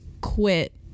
quit